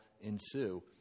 ensue